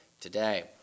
today